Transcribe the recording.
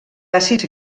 àcids